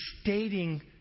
stating